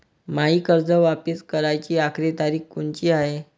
मायी कर्ज वापिस कराची आखरी तारीख कोनची हाय?